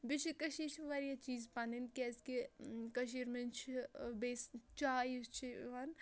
بیٚیہِ چھِ کٔشیٖر چھِ واریاہ چیٖز پَنٕنۍ کیٛازِ کہِ کٔشیٖرِ منٛز چھِ بیٚیہِ چاے یُس چھِ یِوان